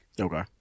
Okay